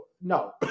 no